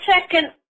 second